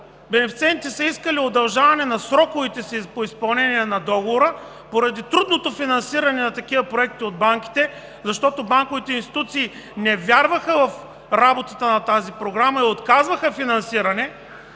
бенефициентите са искали удължаване на сроковете по изпълнение на договора – поради трудното финансиране на такива проекти от банките, защото банковите институции не вярваха в работата на тази програма и отказваха финансиране,